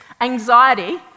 anxiety